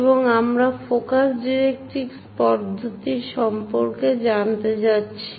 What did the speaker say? এবং আমরা focus directrix পদ্ধতি সম্পর্কে জানতে যাচ্ছি